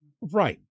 Right